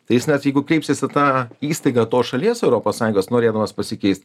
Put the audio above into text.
tai jis net jeigu kreipsis į tą įstaigą tos šalies europos sąjungos norėdamas pasikeist